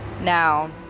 Now